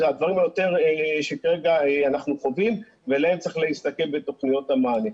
זה יותר הדברים שאנחנו כרגע קובעים ועליהם צריך להסתכל בתוכניות המענה.